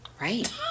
Right